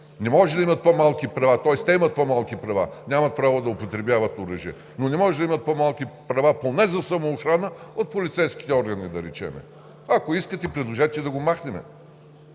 Не може да имат по-малки права, тоест те имат по-малки права, нямат право да употребяват оръжие, но не може да имат по-малки права поне за самоохрана от полицейските органи, да речем. Ако искате, предложете да го махнем.